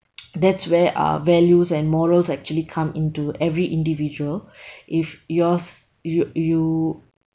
that's where uh values and morals actually come into every individual if yours you you